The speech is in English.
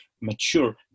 mature